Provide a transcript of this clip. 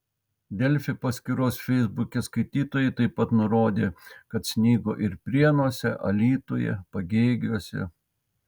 delfi paskyros feisbuke skaitytojai taip pat nurodė kad snigo ir prienuose alytuje pagėgiuose